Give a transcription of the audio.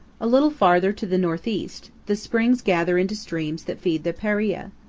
a little farther to the northeast the springs gather into streams that feed the paria.